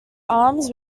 arms